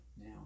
Now